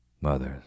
Mothers